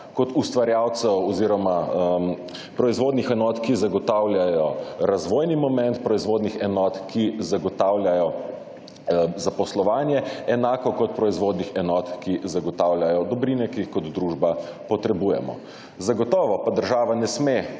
kot ustvarjalcev oziroma proizvodnih enot, ki zagotavljajo razvojni element, proizvodnjah enot, ki zagotavljajo zaposlovanje enako kot proizvodnih enot, ki zagotavljajo dobrine, ki jih kot družba potrebujemo. Zagotovo pa država ne smem